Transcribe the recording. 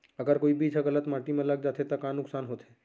अगर कोई बीज ह गलत माटी म लग जाथे त का नुकसान होथे?